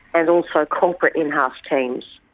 and also corporate in-house teams.